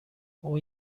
اون